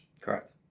Correct